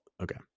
okay